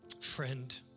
Friend